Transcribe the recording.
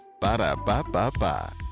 Ba-da-ba-ba-ba